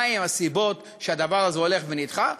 מהן הסיבות שהדבר הזה הולך ונדחה.